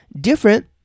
different